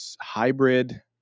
hybrid